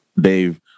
Dave